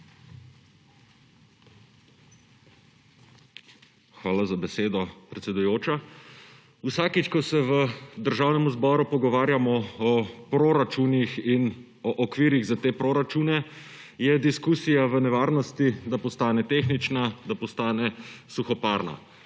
Hvala za besedo, predsedujoča. Vsakič, ko se v Državnem zboru pogovarjamo o proračunih in o okvirih za te proračune, je diskusija v nevarnosti, da postane tehnična, da postane suhoparna.